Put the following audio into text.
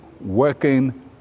working